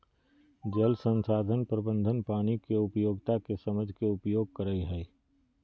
जल संसाधन प्रबंधन पानी के उपयोगिता के समझ के उपयोग करई हई